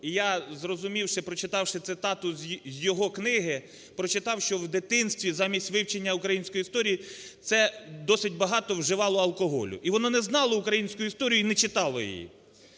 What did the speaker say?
І я, зрозумівши, прочитавши цитату з його книги, прочитав, що в дитинстві замість вивчення української історії це досить багато вживало алкоголю і воно не знало української історії і не читало її.